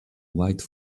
white